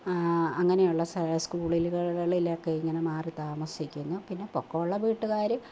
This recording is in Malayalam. അങ്ങനെയുള്ള സ സ്കൂളുകളിലൊക്കെ മാറിത്താമസിക്കുന്നു പിന്നെ പൊക്കവുള്ള വീട്ടുകാർ